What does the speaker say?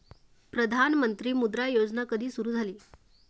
प्रधानमंत्री मुद्रा योजना कधी सुरू झाली?